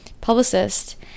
publicist